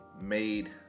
made